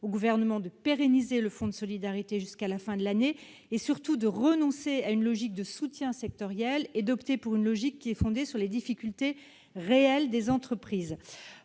au Gouvernement de pérenniser le fonds de solidarité jusqu'à la fin de l'année, et surtout de renoncer à une logique de soutien sectoriel en optant pour une logique fondée sur les difficultés réelles des entreprises.